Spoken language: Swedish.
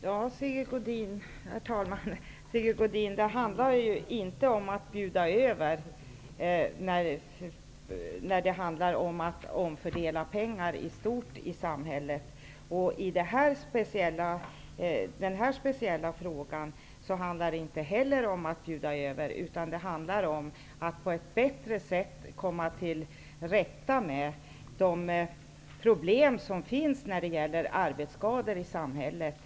Herr talman! Det handlar inte om att bjuda över, Sigge Godin, utan om att omfördela pengar i stort i samhället. I den här frågan handlar det inte heller om att bjuda över. Det handlar om att på ett bättre sätt komma till rätta med de problem som finns i fråga om arbetsskador i samhället.